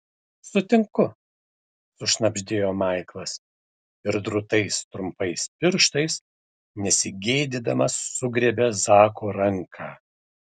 sutinku sušnabždėjo maiklas ir drūtais trumpais pirštais nesigėdydamas sugriebė zako ranką